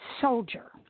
soldier